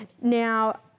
Now